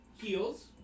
Heels